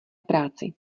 práci